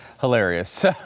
hilarious